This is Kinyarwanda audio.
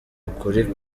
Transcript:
ukuri